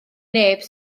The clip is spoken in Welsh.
neb